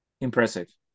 impressive